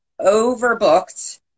overbooked